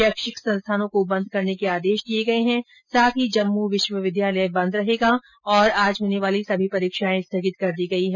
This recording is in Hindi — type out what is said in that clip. शैक्षिक संस्थानों को बंद करने के आदेश दिये गये है साथ ही जम्मू विश्वविद्यालय बंद रहेगा और आज होने वाली सभी परिक्षाएं स्थगित कर दी गई हैं